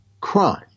crime